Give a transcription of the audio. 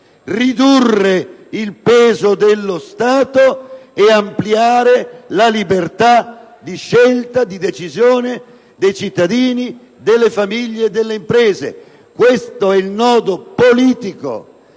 ridurre il peso dello Stato e ampliare la libertà di scelta e di decisione dei cittadini, delle famiglie e delle imprese. Questo è il nodo politico